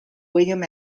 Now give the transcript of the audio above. william